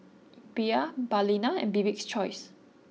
Bia Balina and Bibik's choice